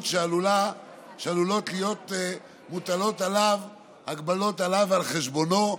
שעלולות להיות מוטלות עליו ועל חשבונו.